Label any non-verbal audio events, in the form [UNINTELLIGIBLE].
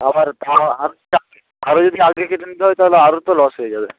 আবার [UNINTELLIGIBLE] আরও যদি আগে কেটে নিতে হয় তাহলে আরও তো লস হয়ে যাবে